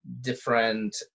different